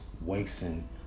wasting